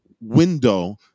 window